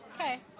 Okay